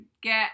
get